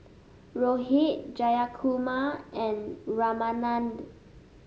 Rohit Jayakumar and Ramanand